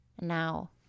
Now